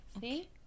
See